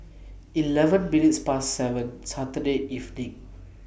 eleven minutes Past seven Saturday evening